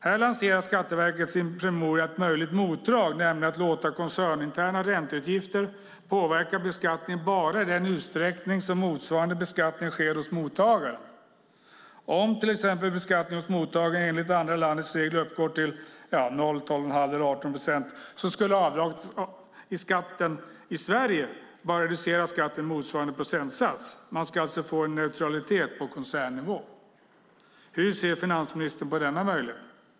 Här lanserar Skatteverket i sin promemoria ett möjligt motdrag, nämligen att låta koncerninterna ränteutgifter påverka beskattningen bara i den utsträckning som motsvarande beskattning sker hos mottagaren. Om till exempel beskattningen hos mottagaren enligt det andra landets regler uppgår till 0, 12 1⁄2 eller 18 procent skulle avdraget i Sverige bara reducera skatten med motsvarande procentsats. Man ska alltså få en neutralitet på koncernnivå. Hur ser finansministern på denna möjlighet?